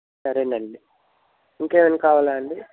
సరేనండి ఇంకా ఏమైనా కావాలా అండి